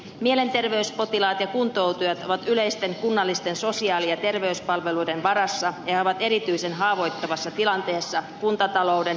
mielenterveyspotilaat ja kuntoutujat ovat yleisten kunnallisten sosiaali ja terveyspalveluiden varassa ja he ovat erityisen haavoittuvassa tilanteessa kuntatalouden joutuessa vaikeuksiin